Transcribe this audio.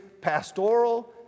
pastoral